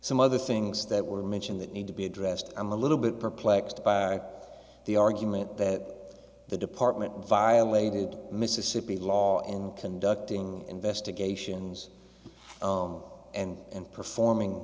some other things that were mentioned that need to be addressed i'm a little bit perplexed by the argument that the department violated mississippi law in conducting investigations own and and performing